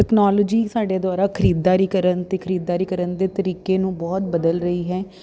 technology ਸਾਡੇ ਦੁਆਰਾ ਖਰੀਦਦਾਰੀ ਕਰਨ ਅਤੇ ਖਰੀਦਦਾਰੀ ਕਰਨ ਦੇ ਤਰੀਕੇ ਨੂੰ ਬਹੁਤ ਬਦਲ ਰਹੀ ਹੈ